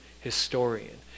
historian